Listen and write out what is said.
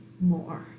more